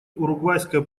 уругвайское